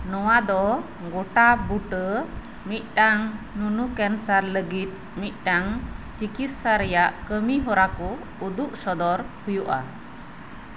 ᱱᱚᱶᱟ ᱫᱚ ᱜᱚᱴᱟ ᱵᱩᱴᱟᱹ ᱢᱤᱫ ᱴᱟᱝ ᱱᱩᱱᱩ ᱠᱮᱱᱥᱟᱨ ᱞᱟᱹᱜᱤᱫ ᱢᱤᱫᱴᱟᱝ ᱪᱤᱠᱤᱥᱥᱟ ᱨᱮᱭᱟᱜ ᱠᱟᱹᱢᱤ ᱦᱚᱨᱟ ᱠᱚ ᱩᱫᱩᱜ ᱥᱚᱫᱚᱨ ᱦᱩᱭᱩᱜᱼᱟ